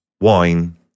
wine